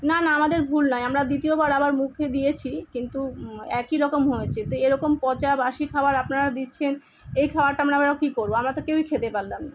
না না আমাদের ভুল নয় আমরা দ্বিতীয়বার আবার মুখে দিয়েছি কিন্তু একই রকম হয়েছে তো এরকম পচা বাসি খাবার আপনারা দিচ্ছেন এই খাবারটা আমরা কী করব আমরা তো কেউই খেতে পারলাম না